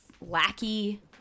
lackey